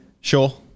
Sure